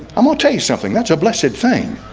i'm gonna tell you something. that's a blessed thing.